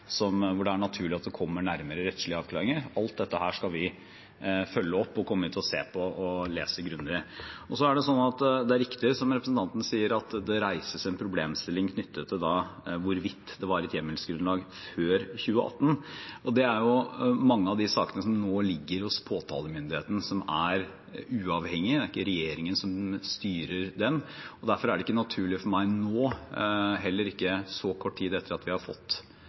hvor det er naturlig at det kommer nærmere rettslige avklaringer – alt dette skal vi følge opp og kommer til å se på og lese grundig. Så er det riktig som representanten sier, at det reises en problemstilling knyttet til hvorvidt det var et hjemmelsgrunnlag før 2018. Mange av de sakene ligger nå hos påtalemyndigheten, som er uavhengig, det er ikke regjeringen som styrer den, og derfor er det heller ikke naturlig for meg nå, så kort tid etter at vi har fått